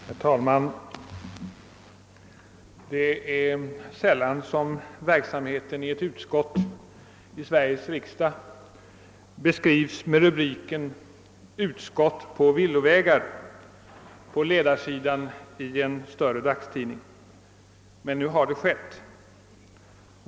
Herr talman! Det är sällan som verksamheten i ett utskott i Sveriges riksdag beskrivs med rubriken »Utskott på villovägar» på ledarsidan i en större dagstidning, men nu har det skett.